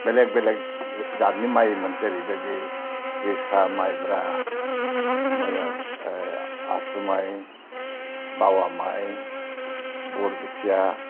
बेलेग बेलेग जाथनि माइमोन जेरैबायदि जोसा माइब्रा माबा आसु माइ बावा माइ बरबिथिया